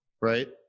right